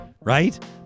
right